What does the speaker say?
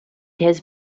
his